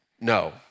No